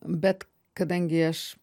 bet kadangi aš